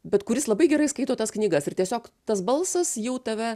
bet kuris labai gerai skaito tas knygas ir tiesiog tas balsas jau tave